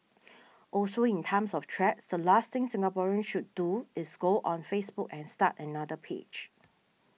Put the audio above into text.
also in times of threats the last thing Singaporeans should do is go on Facebook and start another page